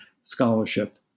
scholarship